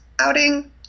outing